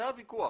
זה הוויכוח.